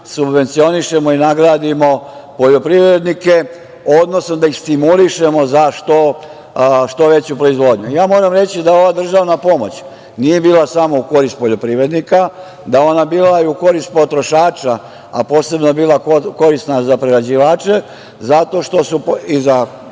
subvencionišemo i nagradimo poljoprivrednike, odnosno da ih stimulišemo za što veću proizvodnju. Moram reći da ova državna pomoć nije bila samo u korist poljoprivrednika, da je ona bila i u korist potrošača, a posebno je bila korisna za prerađivače, bila